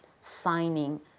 signing